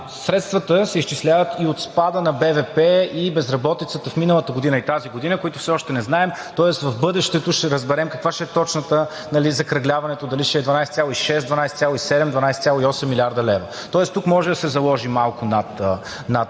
средствата се изчисляват и от спада на БВП и безработицата в миналата и тази година, които все още не знаем. Тоест в бъдещето ще разберем каква ще е точната – закръгляването дали ще е 12,6, 12,7, 12,8 млрд. лв. Тоест тук може да се заложи малко над текущата